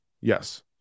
Yes